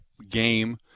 Game